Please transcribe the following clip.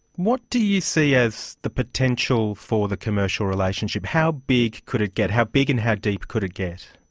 what do you see as the potential for the commercial relationship? how big could it get? how big and how deep could it get?